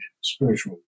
spiritual